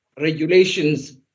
regulations